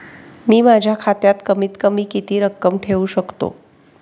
मी माझ्या खात्यात कमीत कमी किती रक्कम ठेऊ शकतो?